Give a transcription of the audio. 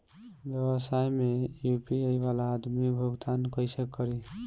व्यवसाय में यू.पी.आई वाला आदमी भुगतान कइसे करीं?